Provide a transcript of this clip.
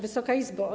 Wysoka Izbo!